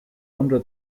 under